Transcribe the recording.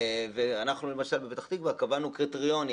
אנחנו בפתח תקוה, למשל, קבענו קריטריונים.